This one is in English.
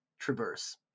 traverse